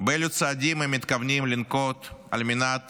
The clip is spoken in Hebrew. אילו צעדים הם מתכוונים לנקוט על מנת